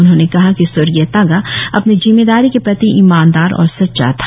उन्होंने कहा कि स्वर्गीय तागा अपने जिम्मेदारी के प्रति ईमानदार और सच्चा था